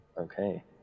Okay